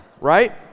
right